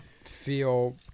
feel